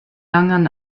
angan